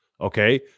okay